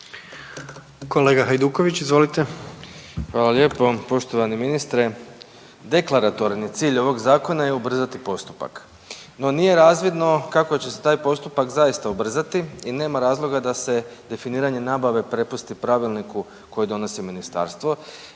Domagoj (Nezavisni)** Hvala lijepo. Poštovani ministre, deklaratorni cilj ovog zakona je ubrzati postupak. No, nije razvidno kako će se taj postupak zaista ubrzati i nema razloga da se definiranje nabave prepusti pravilniku koji donosi ministarstvo